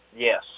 Yes